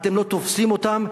אתם לא תופסים אותם?